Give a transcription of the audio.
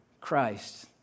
Christ